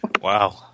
Wow